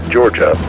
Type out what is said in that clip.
Georgia